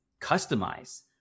customize